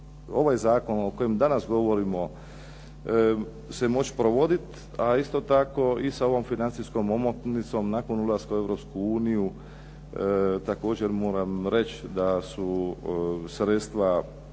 ovaj zakon o kojem danas govorimo se moći provoditi, a isto tako i sa ovom financijskom omotnicom nakon ulaska u Europsku uniju, također moram reći da su sredstva